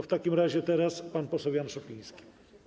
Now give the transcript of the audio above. W takim razie teraz pan poseł Jan Szopiński.